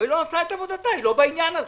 אבל היא לא עושה את עבודתה, היא לא בעניין הזה,